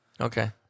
Okay